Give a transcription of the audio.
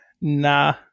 nah